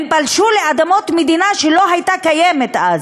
הם פלשו לאדמות מדינה שלא הייתה קיימת אז.